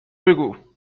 بگو